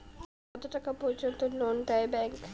কত টাকা পর্যন্ত লোন দেয় ব্যাংক?